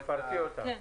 תפרטי אותם.